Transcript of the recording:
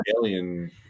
alien